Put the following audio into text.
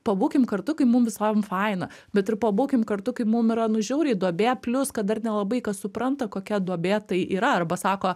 pabūkim kartu kai mum visom faina bet ir pabūkim kartu kai mum yra nu žiauriai duobė plius kad dar nelabai kas supranta kokia duobė tai yra arba sako